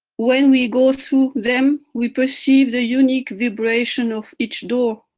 when we go through them we perceive the unique vibration of each door,